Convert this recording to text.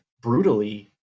brutally